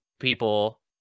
people